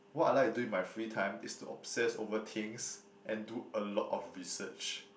what I like to do in my free time is to obsess over things and do a lot of research